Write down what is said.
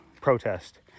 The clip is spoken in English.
protest